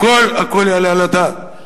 הכול הכול יעלה על הדעת,